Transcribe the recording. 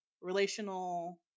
relational